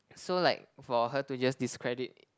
so like for her to just discredit